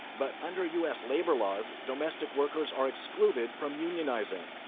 but under u s. labor laws, domestic workers are excluded from unionizing.